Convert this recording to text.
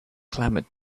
clamored